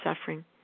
suffering